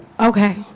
Okay